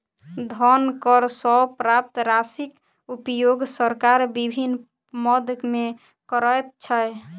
धन कर सॅ प्राप्त राशिक उपयोग सरकार विभिन्न मद मे करैत छै